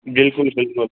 बिल्कुलु बिल्कुलु